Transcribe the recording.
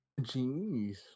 Jeez